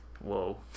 Whoa